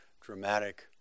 dramatic